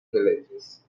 villages